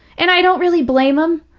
and i don't really blame them,